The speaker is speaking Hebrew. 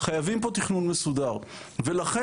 חייבים פה תכנון מסודר ולכן,